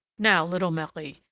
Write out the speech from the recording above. now, little marie,